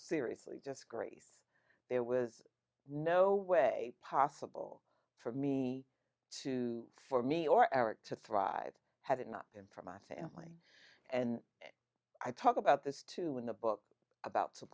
seriously just grace there was no way possible for me to for me or eric to thrive had it not been for my family and i talk about this too in the book about